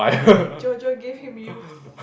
eh JoJo gave him youth